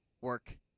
work